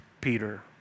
Peter